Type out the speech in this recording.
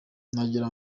nagira